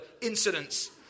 incidents